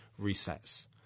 resets